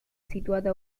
situada